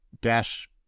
dash